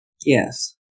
Yes